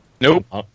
Nope